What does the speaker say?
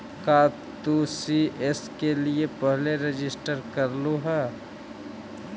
का तू सी.एस के लिए पहले रजिस्टर करलू हल